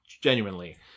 genuinely